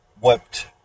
wept